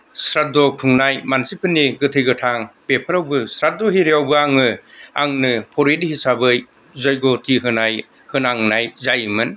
सारादु खुंनाय मानसिफोरनि गोथै गोथां बेफोरावबो सारादु हिरियावबो आङो आंनो पुरुहित हिसाबै जग्यहति होनाय होनांनाय जायोमोन